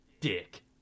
dick